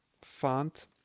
font